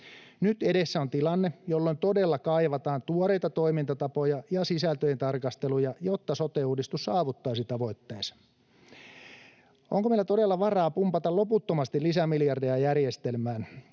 Nyt edessä on tilanne, jolloin todella kaivataan tuoreita toimintatapoja ja sisältöjen tarkasteluja, jotta sote-uudistus saavuttaisi tavoitteensa. Onko meillä todella varaa pumpata loputtomasti lisämiljardeja järjestelmään,